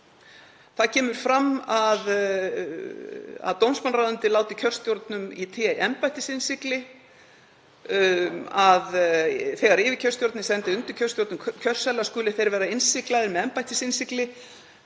Það kemur fram að dómsmálaráðuneytið láti kjörstjórnum í té embættisinnsigli, að þegar yfirkjörstjórnin sendi undirkjörstjórnum kjörseðla skuli umbúðir vera innsiglaðar með embættisinnsigli,